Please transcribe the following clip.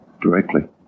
directly